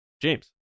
james